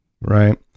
right